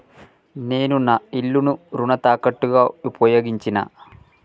నేను నా ఇల్లును రుణ తాకట్టుగా ఉపయోగించినా